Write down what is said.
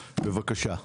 בבקשה.